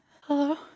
Hello